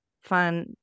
fun